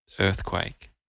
earthquake